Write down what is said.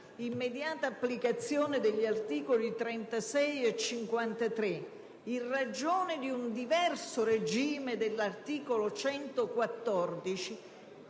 l'immediata applicazione degli articoli 36 e 53 in ragione di un diverso regime dell'articolo 114,